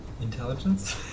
Intelligence